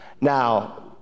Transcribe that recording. Now